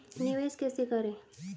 निवेश कैसे करें?